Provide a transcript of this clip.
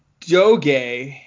Doge